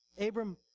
Abram